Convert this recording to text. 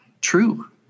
true